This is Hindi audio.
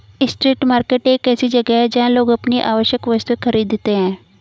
स्ट्रीट मार्केट एक ऐसी जगह है जहां लोग अपनी आवश्यक वस्तुएं खरीदते हैं